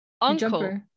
uncle